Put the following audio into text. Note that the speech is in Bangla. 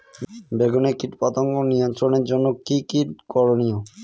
বেগুনে কীটপতঙ্গ নিয়ন্ত্রণের জন্য কি কী করনীয়?